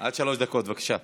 עד שלוש דקות, בבקשה.